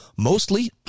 Mostly